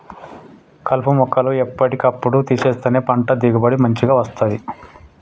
కలుపు మొక్కలు ఎప్పటి కప్పుడు తీసేస్తేనే పంట దిగుబడి మంచిగ వస్తది